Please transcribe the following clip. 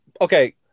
okay